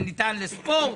לספורט,